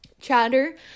chatter